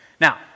Now